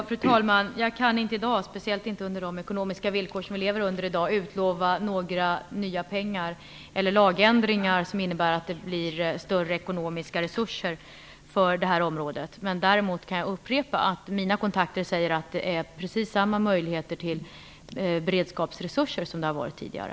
Fru talman! I dag kan jag inte - särskilt inte med tanke på de ekonomiska villkor vi lever under - utlova "nya" pengar eller lagändringar som skulle ge detta område större ekonomiska resurser. Däremot kan jag upprepa att mina kontakter säger att finns precis samma möjligheter att upprätthålla beredskapsresurser som tidigare.